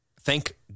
thank